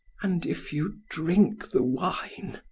and if you drink the wine,